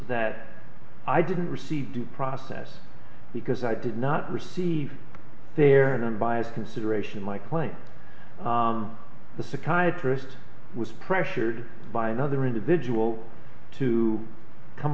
that i didn't receive due process because i did not receive their non biased consideration my claim the psychiatrist was pressured by another individual to come